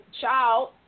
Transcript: child